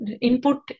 input